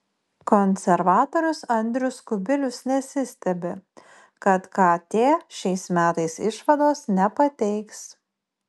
konservatorius andrius kubilius nesistebi kad kt šiais metais išvados nepateiks